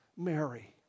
Mary